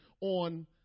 on